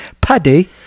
Paddy